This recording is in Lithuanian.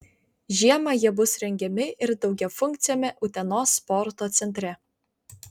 žiemą jie bus rengiami ir daugiafunkciame utenos sporto centre